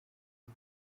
ubu